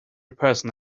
person